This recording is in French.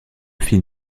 film